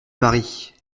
parie